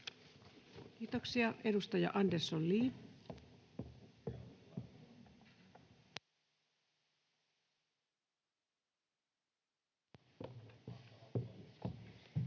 Kiitoksia. — Edustaja Andersson, Li.